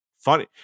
funny